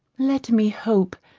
let me hope,